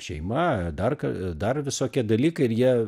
šeima dar ka dar visokie dalykai ir jie